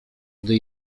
gdy